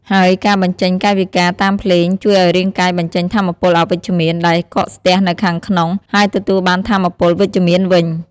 ហើយការបញ្ចេញកាយវិការតាមភ្លេង ជួយឲ្យរាងកាយបញ្ចេញថាមពលអវិជ្ជមាន ដែលកកស្ទះនៅខាងក្នុង ហើយទទួលបានថាមពលវិជ្ជមានវិញ។